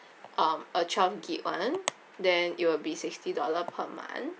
um a twelve gig [one] then it will be sixty dollar per month